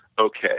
okay